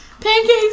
Pancakes